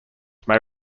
may